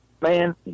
Man